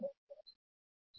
यहां भी लागत बहुत अधिक है